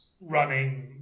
running